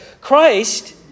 Christ